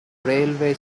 railway